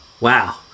Wow